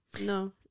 No